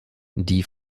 die